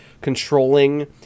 controlling